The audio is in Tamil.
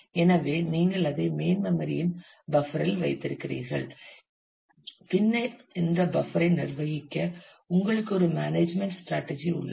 எனவே நீங்கள் அதை மெயின் மெம்மரி இன் பஃப்பர் இல் வைத்திருக்கிறீர்கள் பின்னர் இந்த பஃப்பர் ஐ நிர்வகிக்க உங்களுக்கு ஒரு மேனேஜ்மென்ட் ஸ்ட்ராடஜி உள்ளது